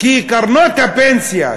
כי קרנות הפנסיה,